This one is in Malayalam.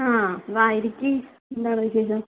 ആ വാ ഇരിക്ക് എന്താണ് വിശേഷം